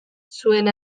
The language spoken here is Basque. zuen